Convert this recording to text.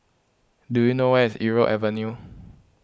do you know where is Irau Avenue